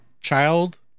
child